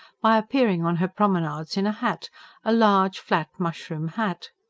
by appearing on her promenades in a hat a large, flat, mushroom hat.